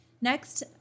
Next